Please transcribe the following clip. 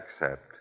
accept